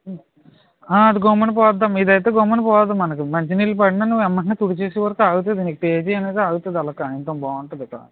అది గమ్మున పోద్దమ్మా ఇది అయితే గమ్మున పోదు మనకి మంచినీళ్ళు పడినా నువ్వు వెంటనే తుడిచేసే వరకు ఆగుతుంది పేజీ అనేది ఆగుతుంది అలా కాగితం బాగుంటుంది ఇక